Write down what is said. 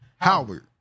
Howard